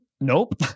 Nope